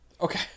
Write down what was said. okay